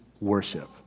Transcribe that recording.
worship